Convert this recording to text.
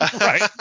right